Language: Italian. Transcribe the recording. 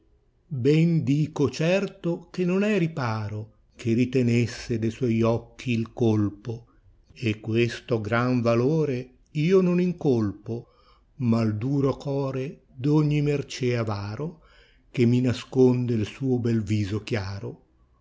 vmjden dico certo che non è riparo che ritenesse de suoi occhi il colpo e questo gran valore io non incolpo ma m duro core d ogni merco avaro che mi nasconde il suo bel viso chiaro